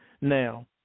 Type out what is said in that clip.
Now